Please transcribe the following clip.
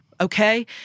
Okay